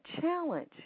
challenge